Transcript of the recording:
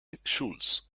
schulz